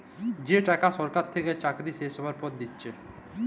যে টাকা সরকার থেকে চাকরি শেষ হ্যবার পর দিচ্ছে